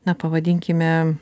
na pavadinkime